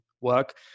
work